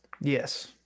Yes